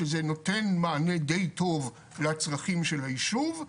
שזה נותן מענה די טוב לצרכים של הישוב.